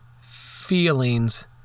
feelings